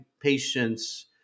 patients